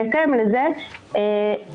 בהתאם לזה הוכנה